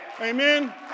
Amen